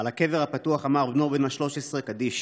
על הקבר הפתוח אמר בנו בן ה-13 קדיש.